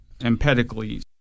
Empedocles